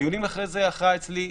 אחרי זה דיוני הכרעה אצלי,